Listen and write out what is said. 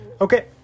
Okay